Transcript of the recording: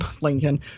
Lincoln